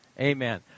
Amen